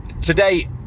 today